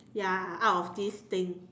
ya out of this thing